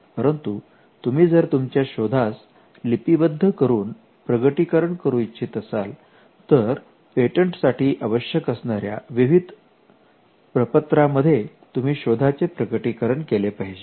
परंतु तुम्ही जर तुमच्या शोधास लिपिबद्ध करून प्रकटीकरण करू इच्छित असाल तर पेटंटसाठी आवश्यक असणाऱ्या विहित प्रपत्रा मध्ये तुम्ही शोधाचे प्रकटीकरण केले पाहिजे